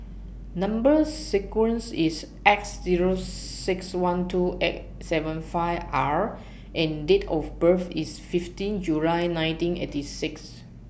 Number sequence IS X Zero six one two eight seven five R and Date of birth IS fifteen July nineteen eighty six